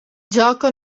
gioco